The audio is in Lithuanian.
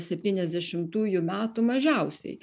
septyniasdešimtųjų metų mažiausiai